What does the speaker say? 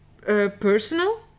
personal